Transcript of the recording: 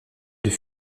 deux